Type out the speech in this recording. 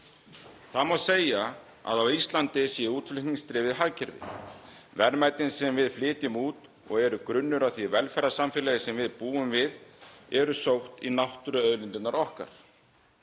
Það má segja að á Íslandi sé útflutningsdrifið hagkerfi. Verðmætin sem við flytjum út og eru grunnur að því velferðarsamfélagi sem við búum við eru sótt í náttúruauðlindirnar okkar.